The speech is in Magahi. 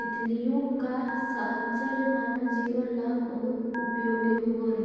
तितलियों का साहचर्य मानव जीवन ला बहुत उपयोगी होवअ हई